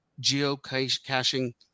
geocaching